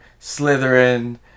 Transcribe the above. Slytherin